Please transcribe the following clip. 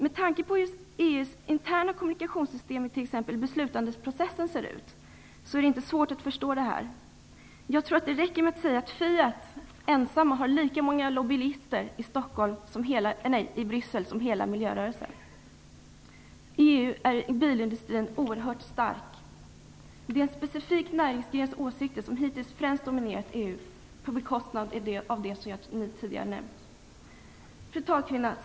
Med tanke på EU:s interna kommunikationssystem, t.ex. hur beslutsprocessen ser ut, är det inte svårt att förstå det här. Jag tror det räcker med att säga att Fiat ensamt har lika många lobbyister i Bryssel som hela miljörörelsen. I EU är bilindustrin oerhört stark. Det är en specifik näringsgrens åsikter som hittills främst dominerat EU på bekostnad av det som jag tidigare nämnt. Fru talkvinna!